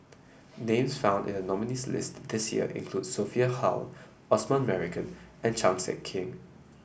names found in the nominees' list this year include Sophia How Osman Merican and Chan Sek Keong